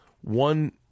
one